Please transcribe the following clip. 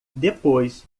depois